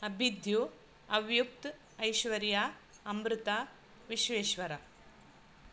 अबिध्यु अव्युक्त् ऐश्वर्या अमृता विश्वेश्वर